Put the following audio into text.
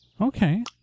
Okay